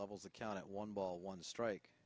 levels account at one ball one strike